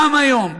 גם היום,